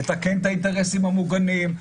לתקן את האינטרסים המוגנים,